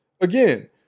Again